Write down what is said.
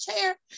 chair